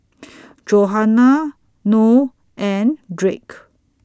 Johannah Noe and Drake